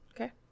okay